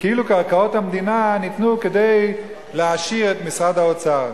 וכאילו קרקעות המדינה ניתנו כדי להעשיר את משרד האוצר.